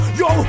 yo